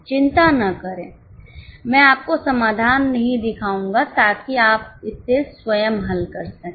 चिंता न करें मैं आपको समाधान नहीं दिखाऊंगा ताकि आप इसे स्वयं हल कर सकें